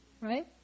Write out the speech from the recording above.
right